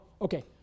okay